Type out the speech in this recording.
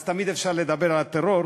אז תמיד אפשר לדבר על הטרור,